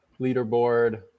leaderboard